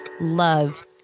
love